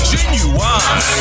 Genuine